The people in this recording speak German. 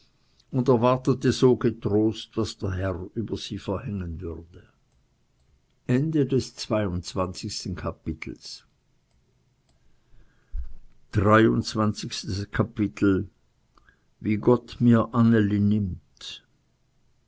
und erwartete so getrost was der herr über sie verhängen werde wie gott mir anneli nimmt